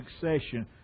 succession